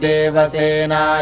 Devasena